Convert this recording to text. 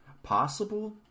possible